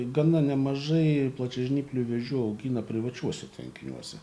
gana nemažai plačiažnyplių vėžių augina privačiuose tvenkiniuose